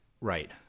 Right